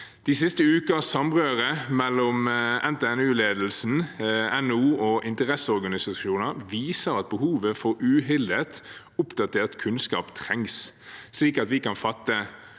De siste ukers samrøre mellom NTNU-ledelsen, NHO og interesseorganisasjoner viser at behovet for uhildet oppdatert kunnskap er til stede, slik at vi kan fatte